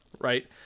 right